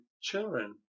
children